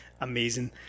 amazing